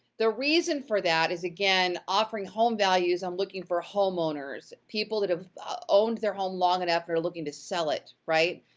the reason for that is again, offering home values, i'm looking for homeowners, people that have owned their home long enough, they're looking to sell it, right?